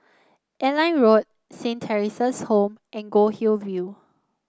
Airline Road Saint Theresa's Home and Goldhill View